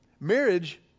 Marriage